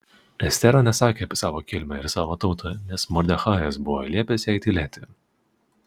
estera nesakė apie savo kilmę ir savo tautą nes mordechajas buvo liepęs jai tylėti